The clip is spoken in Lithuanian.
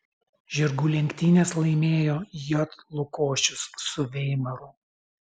žirgų lenktynes laimėjo j lukošius su veimaru